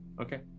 Okay